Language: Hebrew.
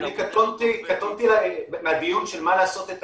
אני קטונתי מהדיון של מה לעשות עם